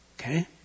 Okay